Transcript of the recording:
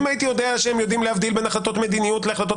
אם הייתי יודע שהם יודעים להבדיל בין החלטות מדיניות להחלטות